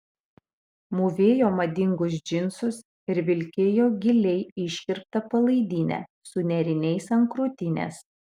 mūvėjo madingus džinsus ir vilkėjo giliai iškirptą palaidinę su nėriniais ant krūtinės